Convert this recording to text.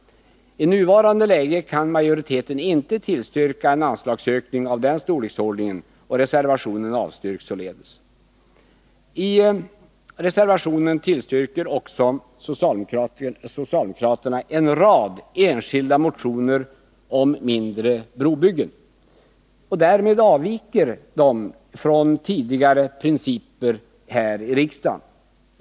I nuvarande läge kan majoriteten inte tillstyrka en anslagsökning av den storleksordningen. Reservationen avstyrks således. I denna reservation tillstyrker socialdemokraterna också en rad enskilda motioner om mindre brobyggen. Därmed avviker de från tidigare principer här i riksdagen.